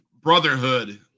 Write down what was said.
brotherhood